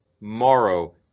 Morrow